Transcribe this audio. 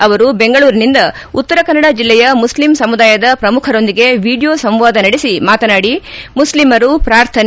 ಅವರು ಬೆಂಗಳೂರಿನಿಂದ ಉತ್ತರ ಕನ್ನಡ ಜಿಲ್ಲೆಯ ಮುಸ್ಲಿಂ ಸಮುದಾಯದ ಪ್ರಮುಖರೊಂದಿಗೆ ವಿಡಿಯೋ ಸಂವಾದ ನಡೆಸಿ ಮಾತನಾಡಿ ಮುಖ್ಯಮರು ಪ್ರಾರ್ಥನೆ